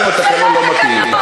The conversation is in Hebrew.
גם אם התקנון לא מתאים לך.